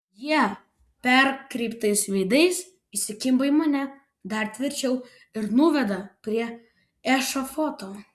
jie perkreiptais veidais įsikimba į mane dar tvirčiau ir nuveda prie ešafoto